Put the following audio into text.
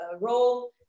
role